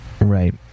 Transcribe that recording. Right